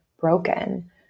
broken